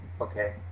okay